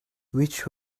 which